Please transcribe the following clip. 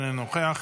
אינו נוכח,